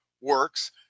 works